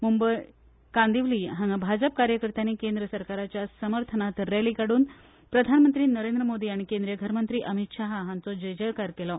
मुंबच कांदीवली हांगासर भाजप कार्यकत्यांनी केंद्र सरकारच्या समर्थनांत रॅली काडून प्रधानमंत्री नरेंद्र मोदी आनी केंद्रीय घरमंत्री अमित शहा हांचो जयजयकार केलो